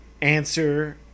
answer